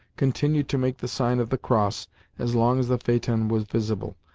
continued to make the sign of the cross as long as the phaeton was visible,